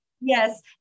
Yes